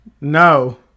No